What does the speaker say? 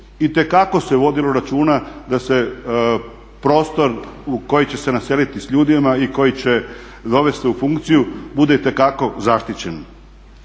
Itekako se vodilo računa da se prostor koji će se naseliti s ljudima i koji će dovesti u funkciju bude itekako zaštićen.